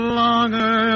longer